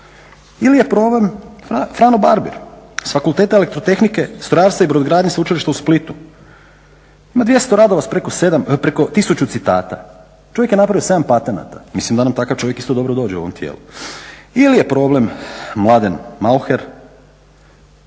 Ili je problem Frano Barbir s Fakulteta elektrotehnike, strojarstva i brodogradnje sveučilišta u Splitu. Ima 200 radova preko tisuću citata, čovjek je napravio 7 patenata, mislim da nam takav čovjek isto dobro dođe u ovom tijelu. Ili je problem Mladen …